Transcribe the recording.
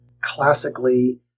classically